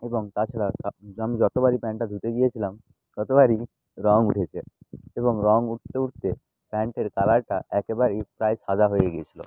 এবং তাছাড়া আমি যতোবারই প্যান্টটা ধুতে গিয়েছিলাম ততবারই রঙ উঠেছে এবং রঙ উঠতে উঠতে প্যান্টের কালারটা একেবারেই প্রায় সাদা হয়ে গিয়েছিলো